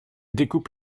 découpe